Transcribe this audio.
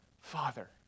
father